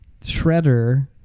Shredder